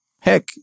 Heck